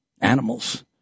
animals